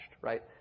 right